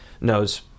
knows